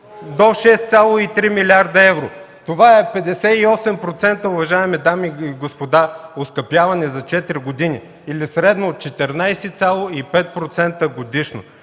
до 6,3 млрд. евро. Това е 58%, уважаеми дами и господа, оскъпяване за четири години. Или средно 14,5% годишно.